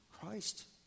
Christ